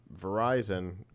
Verizon